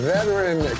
Veteran